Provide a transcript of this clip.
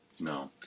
No